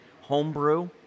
homebrew